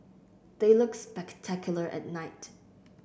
they look spectacular at night